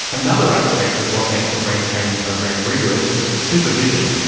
another aspect of what makes a brain training program rigorous is supervision.